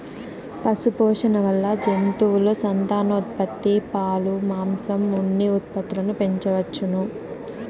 పశుపోషణ వల్ల జంతువుల సంతానోత్పత్తి, పాలు, మాంసం, ఉన్ని ఉత్పత్తులను పెంచవచ్చును